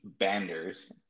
Banders